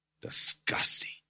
Disgusting